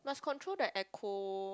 must control the echo